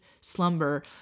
slumber